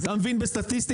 אתה מבין בסטטיסטיקה?